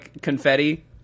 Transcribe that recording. confetti